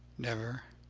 never,